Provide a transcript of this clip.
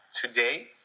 today